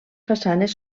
façanes